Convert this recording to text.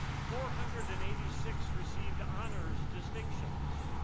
four hundred and eighty six received honors distinctions.